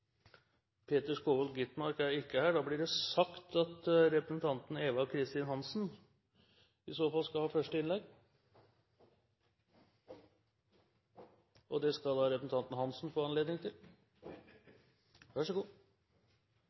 Peter Skovholt Gitmark er ikke her. Da blir det sagt at representanten Eva Kristin Hansen i så fall skal ha første innlegg. Det skal representanten Hansen få anledning til.